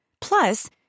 Plus